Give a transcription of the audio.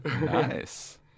nice